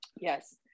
Yes